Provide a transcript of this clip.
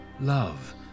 love